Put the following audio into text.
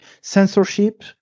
censorship